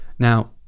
Now